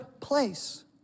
place